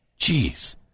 Jeez